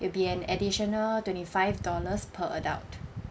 it'll be an additional twenty five dollars per adult